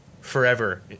forever